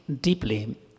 deeply